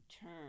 turn